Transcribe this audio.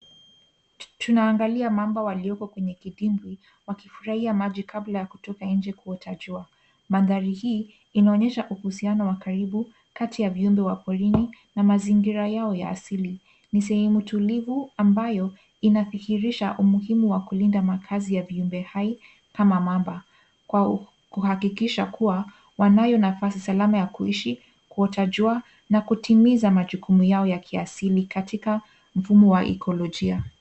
Tunaangalia mamba walioko kwenye kidimbwi wakifurahia maji labda wakitoka nje kuota jua. Mandahri hii inaonyesha uhusiano wa karibu kati ya viumbe wa porini na mazingira yao ya asili. Ni sehemu tulivu ambayo inadhihirisha umuhimu wa kulinda makazi ya viumbe hai kama mamba kuhakikisha kuwa wanayo nafasi salama ya kuishi, kuota jua na kutimiza majukumu yao ya kiasili katika mfumo wa ikolojia.